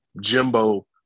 Jimbo